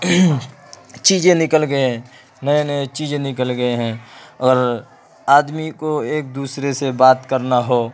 چیزیں نکل گئے نئے نئے چیزیں نکل گئے ہیں اور آدمی کو ایک دوسرے سے بات کرنا ہو